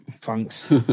Thanks